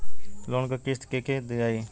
Loan क किस्त के के दियाई?